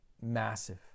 massive